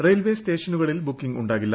railway സ്റ്റേഷനുകളിൽ booking ഉണ്ടാ villa